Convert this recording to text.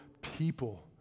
people